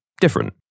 different